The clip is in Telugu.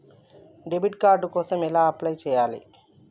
డెబిట్ కార్డు కోసం ఎలా అప్లై చేయాలి?